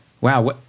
wow